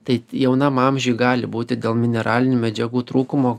tai jaunam amžiuj gali būti dėl mineralinių medžiagų trūkumo